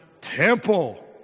temple